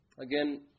Again